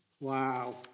Wow